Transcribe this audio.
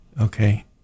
Okay